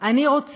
לא.